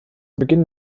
beginn